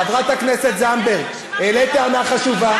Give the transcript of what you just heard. חברת הכנסת זנדברג, העלית טענה חשובה,